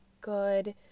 good